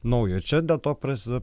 naujo čia dėl to prasideda